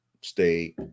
stay